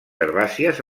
herbàcies